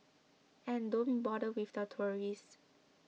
and don't bother with the tourists